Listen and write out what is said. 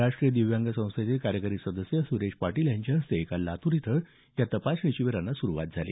राष्ट्रीय दिव्यांग संस्थाचे कार्यकारी सदस्य सुरेश पाटील यांच्या हस्ते काल लातूर इथून तपासणी शिबीरांना सुरुवात झाली